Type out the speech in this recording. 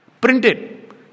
printed